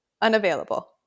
unavailable